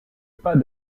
pas